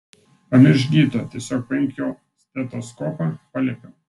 pamiršk gydytoją tiesiog paimk jo stetoskopą paliepiau